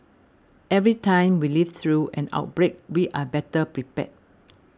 every time we live through an outbreak we are better prepared